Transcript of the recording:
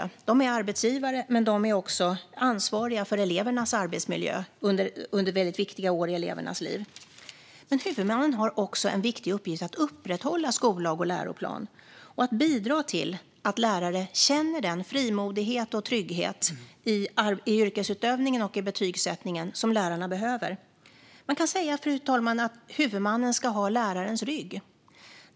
De är arbetsgivare, men de är också ansvariga för elevernas arbetsmiljö under väldigt viktiga år i deras liv. Huvudmannen har dock också en viktig uppgift i att upprätthålla skollag och läroplan samt bidra till att lärare känner den frimodighet och trygghet i sin yrkesutövning och betygsättning som de behöver känna. Man kan säga att huvudmannen ska ha lärarens rygg, fru talman.